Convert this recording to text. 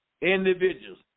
individuals